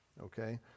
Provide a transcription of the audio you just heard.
okay